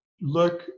look